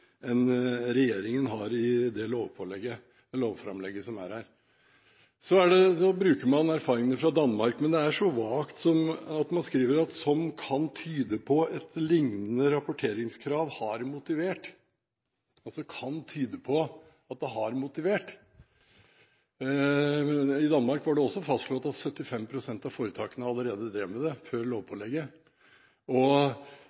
regjeringen har i dette lovframlegget. Så viser man til erfaringene fra Danmark, men det er så vagt at man skriver at de «kan tyde på at det lignende rapporteringskravet der har motivert flere bedrifter». Man sier altså at det «kan tyde på» at det har motivert dem. I Danmark var det også fastslått at 75 pst. av foretakene allerede drev med det – før lovpålegget, og